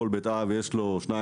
לכל בית אב יש שניים,